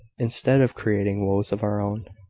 instead of creating woes of our own.